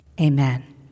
amen